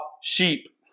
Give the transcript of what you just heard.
sheep